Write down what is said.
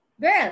girl